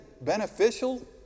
beneficial